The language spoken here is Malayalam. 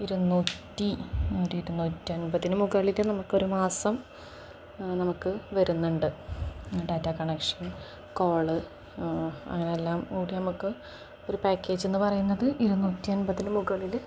ഇരുന്നൂറ്റി ഒരു ഇരുന്നൂറ്റി അൻപതിന് മുകളിൽ നമുക്ക് ഒരു മാസം നമുക്ക് വരുന്നുണ്ട് ഡാറ്റ കണക്ഷൻ കോള് അങ്ങനെ എല്ലാം കൂടി നമുക്ക് ഒരു പാക്കേജ് എന്ന് പറയുന്നത് ഇരുന്നൂറ്റി അൻപതിന് മുകളിൽ